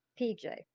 PJ